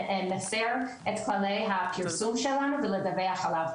מפר את תכני הפרסום שלנו ולדווח עליו,